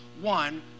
one